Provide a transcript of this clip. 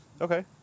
Okay